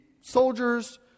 soldiers